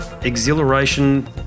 exhilaration